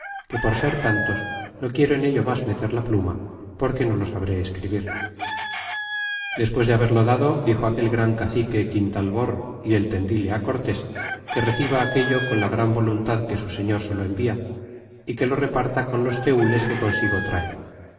que por ser tantos no quiero en ello mas meter la pluma porque no lo sabré escribir y despues de beberlo dado dixo aquel gran cacique quintalbor y el tendile cortés que reciba aquello con la gran voluntad que su señor se lo envia ó que lo reparta con los tenles que consigo trae